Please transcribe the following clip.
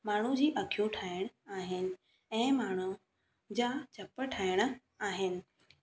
माण्हू जी अखियूं ठाहिणु आहिनि ऐं माण्हू जा चप ठाहिणु आहिनि